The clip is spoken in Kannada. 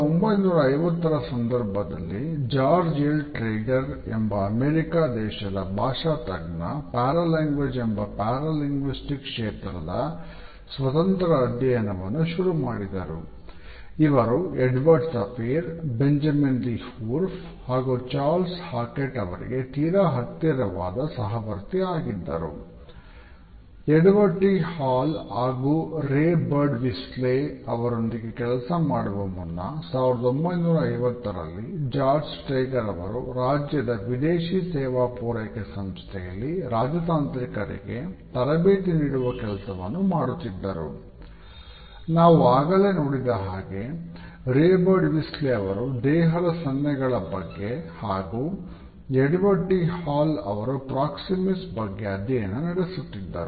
೧೯೫೦ರ ಸಂದರ್ಭದಲ್ಲಿ ಜಾರ್ಜ್ ಎಲ್ ಟ್ರೇಗೆರ್ ಬಗ್ಗೆ ಅಧ್ಯಯನ ನಡೆಸುತ್ತಿದ್ದರು